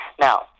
Now